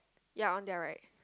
ya on their right